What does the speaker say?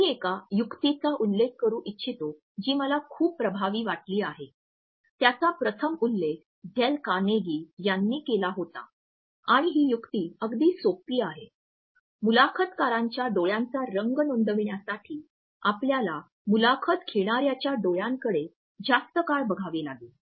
मी एका युक्तीचा उल्लेख करू इच्छितो जी मला खूप प्रभावी वाटली आहे त्याचा प्रथम उल्लेख डेल कार्नेगी यांनी केला होता आणि ही युक्ती अगदी सोपी आहे मुलाखतकारांच्या डोळ्यांचा रंग नोंदविण्यासाठी आपल्याला मुलाखत घेणाऱ्याच्या डोळ्यांकडे जास्त काळ बघावे लागेल